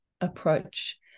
approach